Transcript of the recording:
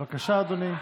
בבקשה, אדוני.